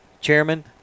chairman